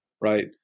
right